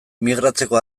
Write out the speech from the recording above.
migratzeko